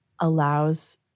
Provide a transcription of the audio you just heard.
allows